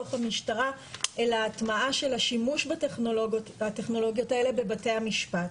בתוך המשטרה אלא הטמעה של השימוש בטכנולוגיות האלה בבתי המשפט.